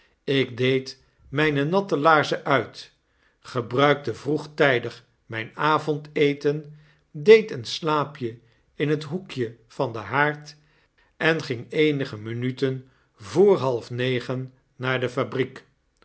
ik deed myne natte laarzen uit gebruikte vroegtydig mijn avondeten deed een slaapje in het hoekje van den haard eft ging eenige minuten voor halfnegen naar de faoriek